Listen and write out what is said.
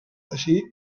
així